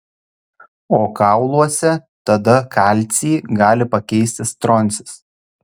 o kauluose tada kalcį gali pakeisti stroncis